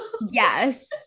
Yes